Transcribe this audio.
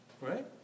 right